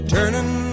Turning